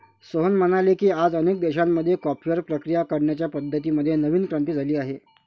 सोहन म्हणाले की, आज अनेक देशांमध्ये कॉफीवर प्रक्रिया करण्याच्या पद्धतीं मध्ये नवीन क्रांती झाली आहे